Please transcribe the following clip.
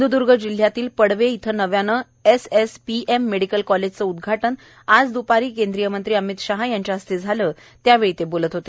सिंध्द्र्ग जिल्ह्यात पडवे इथं नव्याने S S P M medical कॉलेजचं उदघाटन आज द्पारी केंद्रीय मंत्री अमित शाह यांच्या हस्ते झालं त्यावेळी ते बोलत होते